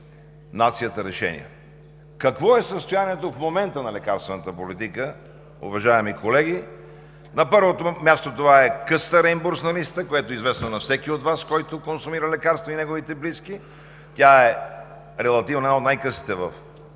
нацията. Какво е състоянието в момента на лекарствената политика, уважаеми колеги? На първо място, това е късата реимбурсна листа, което е известно на всеки от Вас, който консумира лекарства, както неговите близки. Тя е една от най-късите